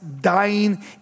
dying